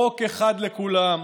חוק אחד לכולם,